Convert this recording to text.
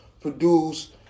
produce